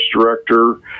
director